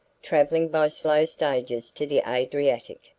travelling by slow stages to the adriatic,